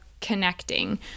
connecting